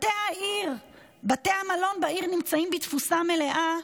בתי המלון בעיר נמצאים בתפוסה מלאה,